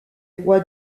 roi